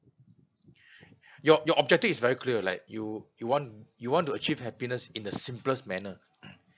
your your objective is very clear like you you want you want to achieve happiness in the simplest manner